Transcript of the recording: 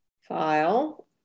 file